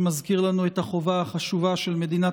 שמזכיר לנו את החובה החשובה של מדינת